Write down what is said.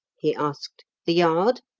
he asked. the yard?